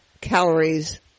calories